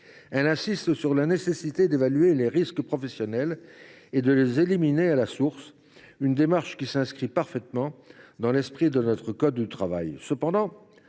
l’accent sur la nécessité d’évaluer les risques professionnels et de les éliminer à la source, démarche qui s’inscrit parfaitement dans l’esprit de notre code du travail.